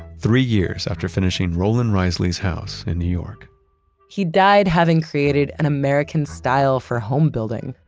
three years after finishing roland reisley's house in new york he died having created an american style for home building,